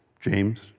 James